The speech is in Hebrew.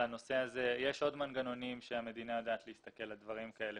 יש עוד מנגנונים שהמדינה יודעת להסתכל לדברים כאלה,